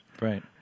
Right